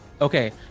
Okay